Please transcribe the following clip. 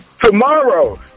Tomorrow